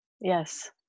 Yes